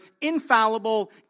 infallible